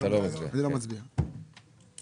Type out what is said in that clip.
יש לנו את הסיפור של הפערים בין הפריפריה למרכז.